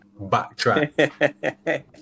Backtrack